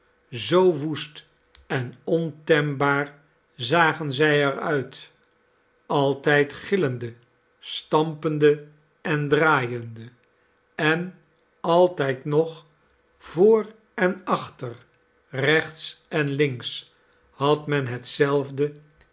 zoo woest en ontembaar zagen zij er uit altijd gillende stampende en draaiende en altijd nog voor en achter rechts en links had men hetzelfde